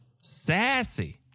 sassy